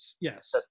Yes